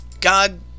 God